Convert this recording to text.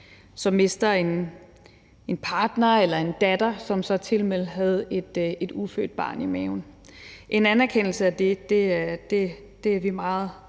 der mister en partner eller en datter, som så tilmed havde et ufødt barn i maven. En anerkendelse af det er vi meget